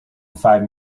five